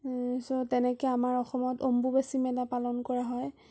তেনেকৈ আমাৰ অসমত অম্বুবাচী মেলা পালন কৰা হয়